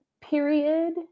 period